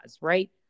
right